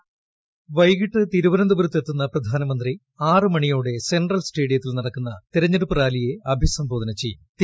voice വൈകിട്ട് തിരുവനന്തപുരത്ത് എത്തുന്ന പ്രധാനമന്ത്രി ആറ് മണിയോടെ സെൻട്രൽ സ്റ്റേഡിയത്തിൽ നടക്കുന്ന തെരഞ്ഞെടുപ്പ് റാലിയെ അഭിസംബോധന ചെയ്യും